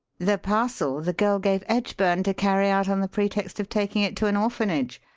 the parcel the girl gave edgburn to carry out on the pretext of taking it to an orphanage?